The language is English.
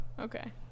okay